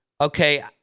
Okay